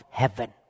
heaven